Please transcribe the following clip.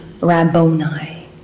Rabboni